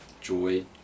joy